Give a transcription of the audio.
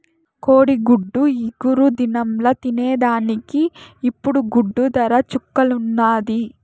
కోడిగుడ్డు ఇగురు దినంల తినేదానికి ఇప్పుడు గుడ్డు దర చుక్కల్లున్నాది